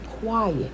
quiet